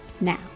now